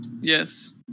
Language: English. Yes